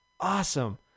awesome